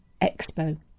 Expo